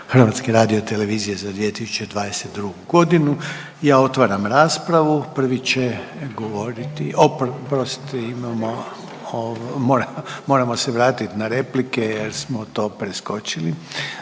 Hrvatske radiotelevizije za 2022. godinu. Ja otvaram raspravu. Prvi će govoriti, oprostite imamo, moramo se vratiti na replike jer smo to preskočili.